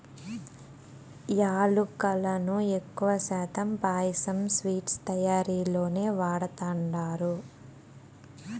యాలుకలను ఎక్కువ శాతం పాయసం, స్వీట్స్ తయారీలోనే వాడతండారు